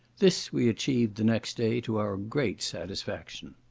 this we achieved the next day to our great satisfaction.